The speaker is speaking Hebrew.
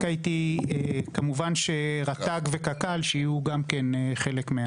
רק הייתי כמובן שרט"ג וקק"ל, שיהיו גם כן חלק.